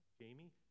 Jamie